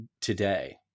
today